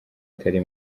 atari